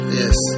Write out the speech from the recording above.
yes